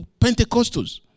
Pentecostals